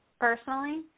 Personally